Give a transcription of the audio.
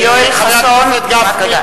יואל חסון, בעד.